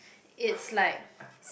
it's like